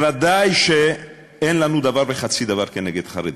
ודאי שאין לנו דבר וחצי דבר כנגד חרדים,